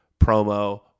promo